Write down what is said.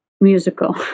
musical